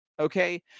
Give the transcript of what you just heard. Okay